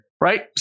Right